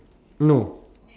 no